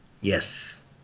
Yes